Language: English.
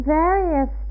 various